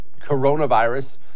coronavirus